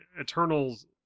Eternals